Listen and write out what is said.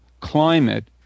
climate